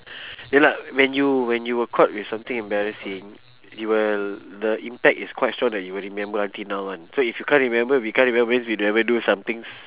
ya lah when you when you were caught with something embarrassing you will the impact is quite strong that you will remember until now [one] so if you can't remember we can't remember means we never do something s~